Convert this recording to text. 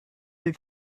they